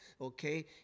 okay